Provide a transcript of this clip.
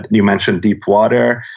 you mentioned deep water.